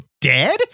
dead